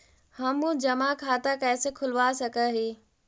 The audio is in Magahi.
हम जमा खाता कैसे खुलवा सक ही?